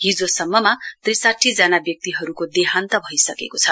हिजोसम्ममा त्रिसाठी जना व्यक्तिहरूको देहान्त भइसकेको छ